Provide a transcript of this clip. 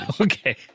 Okay